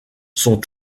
sont